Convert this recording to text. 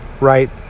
right